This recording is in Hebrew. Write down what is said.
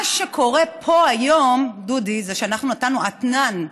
מה שקורה פה היום, דודי, הוא שאנחנו נתנו אתנן.